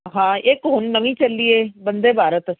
ਹਾਂ ਇੱਕ ਹੁਣ ਨਵੀਂ ਚੱਲੀ ਹੈ ਬੰਦੇ ਭਾਰਤ